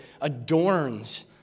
adorns